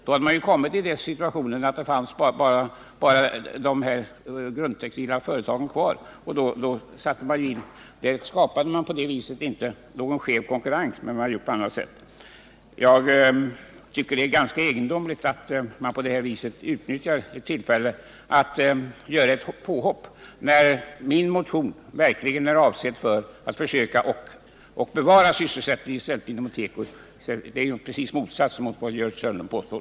Då hade man alltså kommit i den situationen att det bara fanns dessa grundtextila företag, och man skapade inte någon skev konkurrens. Jag tycker det är ganska egendomligt att Gördis Hörnlund på det här viset utnyttjar ett tillfälle att göra ett påhopp. Min motion är verkligen avsedd att försöka bevara sysselsättningen inom teko. Det är ju precis motsatsen mot vad Gördis Hörnlund påstår.